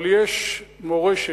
אבל יש מורשת,